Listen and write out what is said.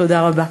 תודה רבה.